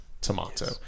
tomato